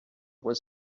was